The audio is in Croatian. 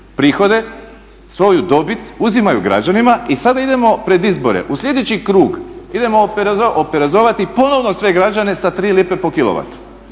prihode, svoju dobit, uzimaju građanima i sada idemo pred izbore u slijedeći krug, idemo oporezivati sve građane sa 3 lipe po kilovatu